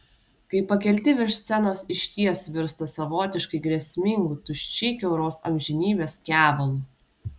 kai pakelti virš scenos išties virsta savotiškai grėsmingu tuščiai kiauros amžinybės kevalu